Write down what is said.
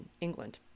England